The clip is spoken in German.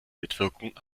mitwirkung